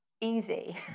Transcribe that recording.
easy